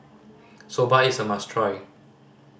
soba is a must try